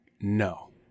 no